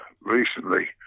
recently